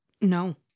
No